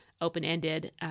open-ended